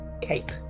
cape